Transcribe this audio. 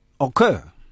occur